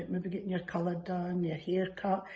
maybe getting your colour done, your hair cut,